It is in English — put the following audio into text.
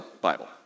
Bible